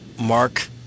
Mark